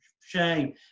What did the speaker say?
shame